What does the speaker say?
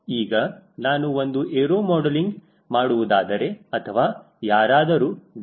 ಈಗ ನಾನು ಒಂದು ಏರೋ ಮಾಡಲಿಂಗ್ ಮಾಡುವುದಾದರೆ ಅಥವಾ ಯಾರಾದರೂ ಡಾ